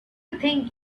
think